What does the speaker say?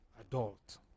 adult